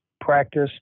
practice